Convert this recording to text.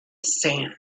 sand